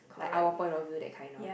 like our point of view that kind of